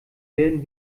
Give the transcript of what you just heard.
werden